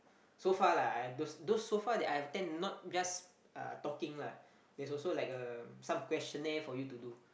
so far lah I those those so far that I've attend not just uh talking lah there's also like a some questionnaire for you to do